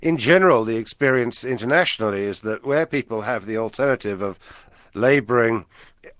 in general, the experience internationally is that where people have the alternative of labouring